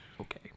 Okay